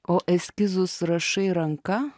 o eskizus rašai ranka